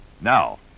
Now